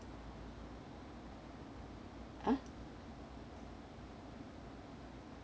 uh